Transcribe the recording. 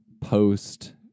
post